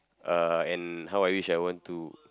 uh and how I wish I want to